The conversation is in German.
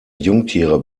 jungtiere